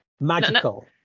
magical